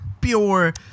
pure